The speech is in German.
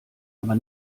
aber